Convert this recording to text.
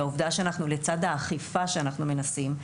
לצד האכיפה שאנחנו מנסים,